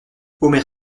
omer